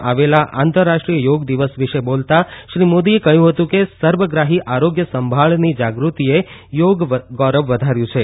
તાજેતરમાં ઉજવવામાં આવેલા આંતરરાષ્ટ્રીય યોગદિવસ વિષે બોલતાં શ્રી મોદીએ કહ્યું હતું કે સર્વગ્રાહી આરોગ્ય સંભાળની જાગૃતિએ યોગનું ગૌરવ વધાર્યું છે